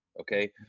Okay